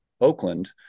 Oakland